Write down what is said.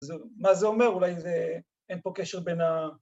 ‫מה זה אומר? אולי זה... ‫אין פה קשר בין ה...